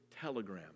telegram